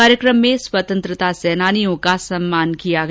कार्यक्रम में स्वतंत्रता सेनानियों का सम्मान किया गया